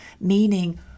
meaning